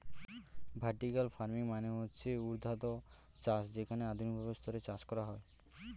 vertical farming মানে হচ্ছে ঊর্ধ্বাধ চাষ যেখানে আধুনিক ভাবে স্তরে চাষ করা হয়